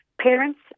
parents